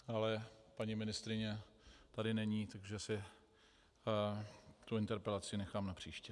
Ale paní ministryně tady není, takže si tu interpelaci nechám na příště.